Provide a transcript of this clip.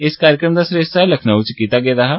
इस कार्जक्रम दा सरिस्ता लखनऊ च कीता गेदा हा